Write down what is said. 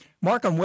Mark